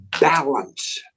balance